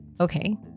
okay